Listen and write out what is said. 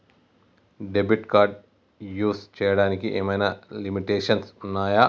Debit card use చేయడానికి ఏమైనా limitations ఉన్నాయా?